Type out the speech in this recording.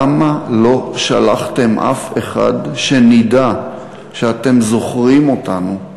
למה לא שלחתם אף אחד שנדע שאתם זוכרים אותנו,